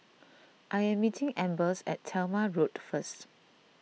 I am meeting Ambers at Talma Road first